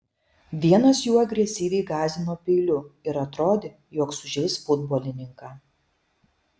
vienas jų agresyviai gąsdino peiliu ir atrodė jog sužeis futbolininką